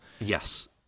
Yes